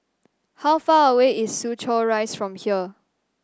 how far away is Soo Chow Rise from here